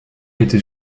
été